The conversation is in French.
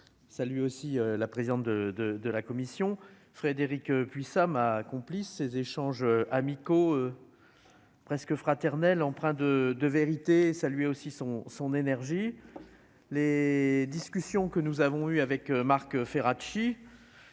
ça lui aussi la présidente de, de, de la commission Frédéric puis ça m'a accompli ces échanges amicaux presque fraternels empreint de de vérité ça lui aussi son son énergie les discussions que nous avons eue avec Marc Ferracci,